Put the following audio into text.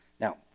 Now